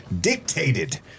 dictated